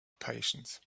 patience